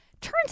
Turns